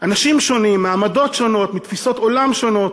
אנשים שונים מעמדות שונות, מתפיסות עולם שונות,